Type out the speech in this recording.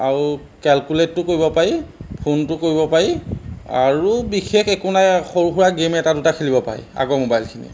আৰু কেলকুলেটটো কৰিব পাৰি ফোনটো কৰিব পাৰি আৰু বিশেষ একো নাই সৰু সুৰা গেম এটা দুটা খেলিব পাৰি আগৰ মোবাইলখিনি